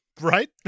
Right